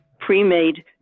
pre-made